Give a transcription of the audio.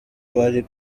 bari